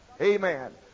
Amen